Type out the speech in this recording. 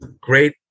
great